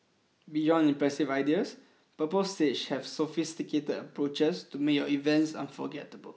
beyond impressive ideas Purple Sage has sophisticated approaches to make your events unforgettable